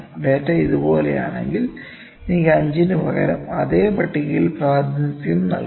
data ഇതുപോലെയാണെങ്കിൽ എനിക്ക് 5 ന് പകരം അതേ പട്ടികയിൽ പ്രാതിനിധ്യം നൽകാം